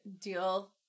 deal